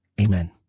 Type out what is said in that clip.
Amen